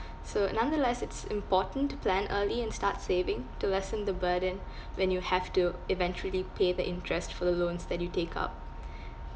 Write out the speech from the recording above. so nonetheless it's important to plan early and start saving to lessen the burden when you have to eventually pay the interest for the loans that you take up